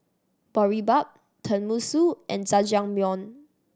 Boribap Tenmusu and Jajangmyeon